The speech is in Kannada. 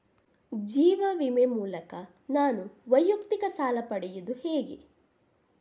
ಜೀವ ವಿಮೆ ಮೂಲಕ ನಾನು ವೈಯಕ್ತಿಕ ಸಾಲ ಪಡೆಯುದು ಹೇಗೆ?